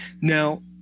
Now